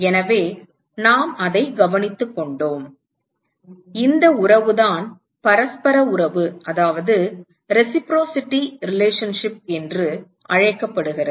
எனவே நாம் அதை கவனித்துக்கொண்டோம் இந்த உறவுதான் பரஸ்பர உறவு என்று அழைக்கப்படுகிறது